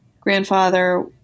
grandfather